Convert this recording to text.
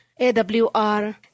AWR